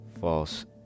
false